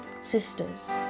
sisters